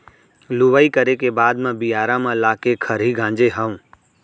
लुवई करे के बाद म बियारा म लाके खरही गांजे हँव